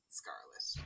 scarlet